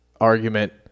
argument